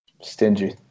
Stingy